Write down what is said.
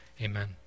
amen